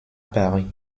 paris